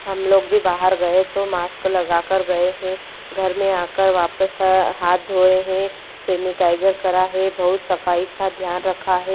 हमलोग भी बाहर गए तो मास्क लगाकर गए हैं घर आकर वापस हाथ धोए हैं सैनिटाइजर करा है बहुत सफ़ाई का ध्यान रखा है